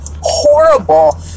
horrible